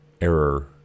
error